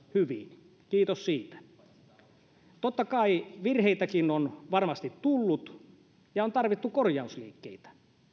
hyvin kiitos siitä totta kai virheitäkin on varmasti tullut ja on tarvittu korjausliikkeitä